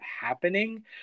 happening